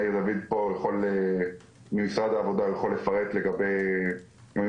מאיר דוד פה ממשרד העבודה יכול לפרט לגבי הממצאים